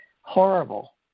horrible